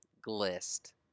Glist